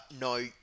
no